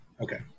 Okay